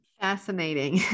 Fascinating